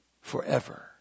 forever